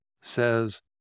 says